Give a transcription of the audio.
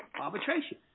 arbitration